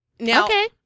Okay